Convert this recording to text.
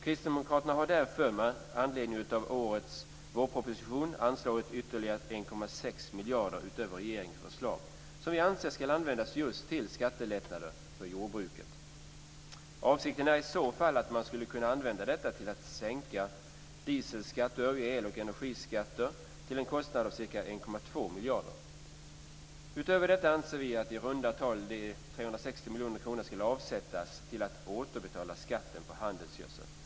Kristdemokraterna har därför med anledning av årets vårproposition anslagit ytterligare 1,6 miljarder utöver regeringens förslag, som vi anser ska användas just till skattelättnader för jordbruket. Avsikten är att man i så fall ska kunna använda pengarna till att sänka dieselskatt och övriga el och energiskatter till en kostnad av ca 1,2 miljarder. Utöver detta anser vi att de i runda tal 360 miljoner kronorna ska avsättas till att återbetala skatten på handelsgödsel.